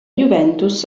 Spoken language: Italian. juventus